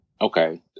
okay